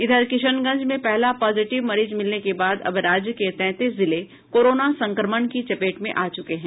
इधर किशनगंज में पहला पॉजिटिव मरीज मिलने के बाद अब राज्य के तैंतीस जिले कोरोना संक्रमण की चपेट में आ चुके हैं